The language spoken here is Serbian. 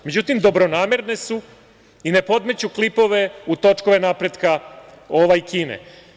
Međutim, dobronamerne su i ne podmeću klipove u točkove napretka Kine.